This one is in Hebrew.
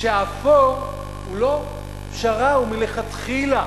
שהאפור הוא לא פשרה, הוא מלכתחילה.